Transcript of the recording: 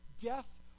Death